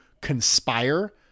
conspire